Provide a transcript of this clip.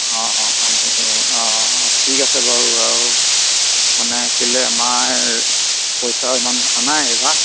অঁ অঁ অঁ ঠিক আছে বাৰু আৰু মানে কেলে আমাৰ পইচাও ইমান উঠা নাই এইবাৰ